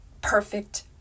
perfect